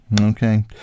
Okay